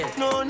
no